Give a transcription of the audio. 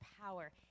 power